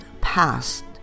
past